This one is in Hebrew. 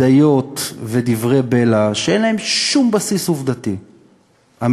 בדיות ודברי בלע שאין להם שום בסיס עובדתי אמיתי,